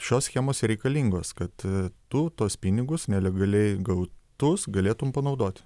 šios schemos reikalingos kad tu tuos pinigus nelegaliai gautus galėtum panaudoti